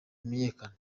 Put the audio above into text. bimenyekana